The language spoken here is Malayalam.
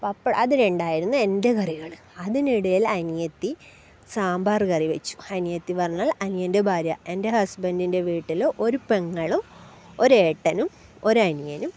അപ്പം അതിനുണ്ടായിരുന്ന എൻ്റെ കറികൾ അതിനിടയിൽ അനിയത്തി സാമ്പാർ കറി വച്ചു അനിയത്തി പറഞ്ഞാൽ അനിയൻ്റെ ഭാര്യ എൻ്റെ ഹസ്ബൻ്റിൻ്റെ വീട്ടിൽ ഒരു പെങ്ങളും ഒരു ഏട്ടനും ഒരു അനിയനും